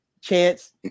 Chance